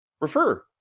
refer